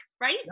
right